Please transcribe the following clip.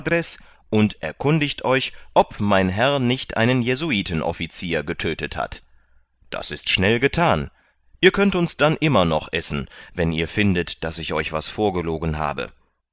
und erkundigt euch ob mein herr nicht einen jesuitenofficier getödtet hat das ist schnell gethan ihr könnt uns dann immer noch essen wenn ihr findet daß ich euch was vorgelogen habe